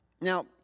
Now